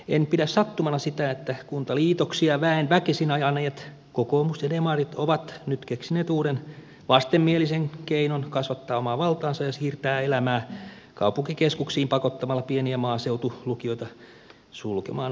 en pidä sattumana sitä että kuntaliitoksia väen väkisin ajaneet kokoomus ja demarit ovat nyt keksineet uuden vastenmielisen keinon kasvattaa omaa valtaansa ja siirtää elämää kaupunkikeskuksiin pakottamalla pieniä maaseutulukioita sulkemaan ovensa